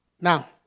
Now